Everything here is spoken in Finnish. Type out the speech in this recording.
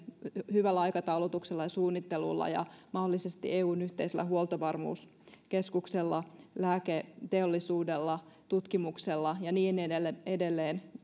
hyvällä aikataulutuksella ja suunnittelulla ja mahdollisesti eun yhteisellä huoltovarmuuskeskuksella lääketeollisuudella tutkimuksella ja niin edelleen